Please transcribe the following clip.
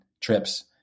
trips